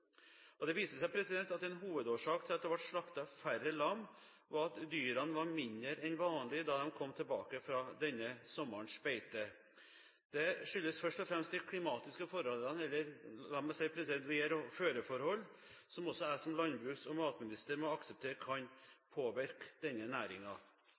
Det viser seg at en hovedårsak til at det ble slaktet færre lam, var at dyrene var mindre enn vanlig da de kom tilbake fra denne sommerens beite. Dette skyldes først og fremst de klimatiske forholdene – vær og føreforhold – som også jeg som landbruks- og matminister må akseptere